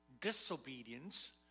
disobedience